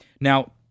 Now